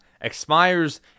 expires